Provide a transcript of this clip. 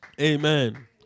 Amen